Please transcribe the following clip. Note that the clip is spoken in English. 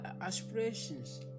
aspirations